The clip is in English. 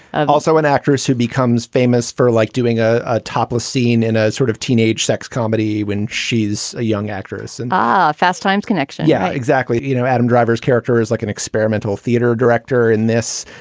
also an actress who becomes famous for like doing ah a topless scene in a sort of teenage sex comedy when she's a young actress. and fast times connection. yeah, exactly. you know, adam driver's character is like an experimental theater director in this.